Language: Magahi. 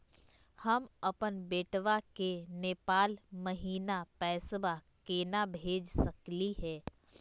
हम अपन बेटवा के नेपाल महिना पैसवा केना भेज सकली हे?